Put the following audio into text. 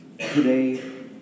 Today